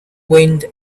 wind